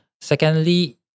Secondly